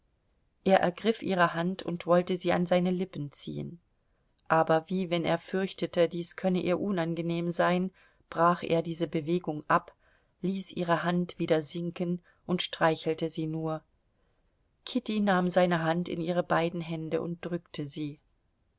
er ergriff ihre hand und wollte sie an seine lippen ziehen aber wie wenn er fürchtete dies könne ihr unangenehm sein brach er diese bewegung ab ließ ihre hand wieder sinken und streichelte sie nur kitty nahm seine hand in ihre beiden hände und drückte sie